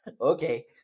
Okay